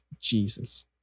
Jesus